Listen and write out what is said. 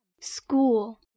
School